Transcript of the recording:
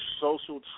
social